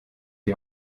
die